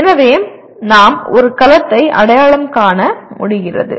எனவே நாம் ஒரு கலத்தை அடையாளம் காண முடிகிறது